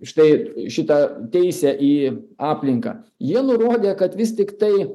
štai šitą teisę į aplinką jie nurodė kad vis tiktai